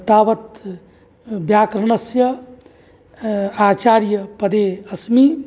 तावत् व्याकरणस्य आचार्यपदे अस्मि